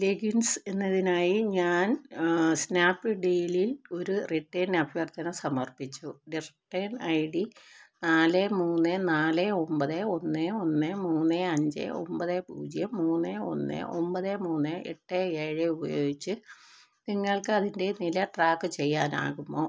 leggings എന്നതിനായി ഞാൻ സ്നാപ് ഡീലിൽ ഒര് റിട്ടേൺ അഭ്യർത്ഥന സമർപ്പിച്ചു റിട്ടേൺ ഐ ഡി നാല് മൂന്ന് നാല് ഒമ്പത് ഒന്ന് ഒന്ന് മൂന്ന് അഞ്ച് ഒമ്പത് പൂജ്യം മൂന്ന് ഒന്ന് ഒമ്പത് മൂന്ന് എട്ട് ഏഴ് ഉപയോഗിച്ച് നിങ്ങൾക്കതിൻ്റെ നില ട്രാക്ക് ചെയ്യാനാകുമോ